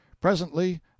Presently